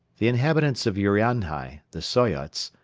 the inhabitants of urianhai, the soyots,